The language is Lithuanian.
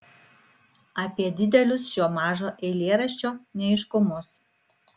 apie didelius šio mažo eilėraščio neaiškumus